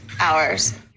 hours